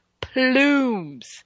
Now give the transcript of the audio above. Plumes